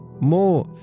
more